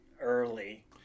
early